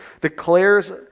declares